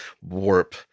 warp